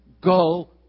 go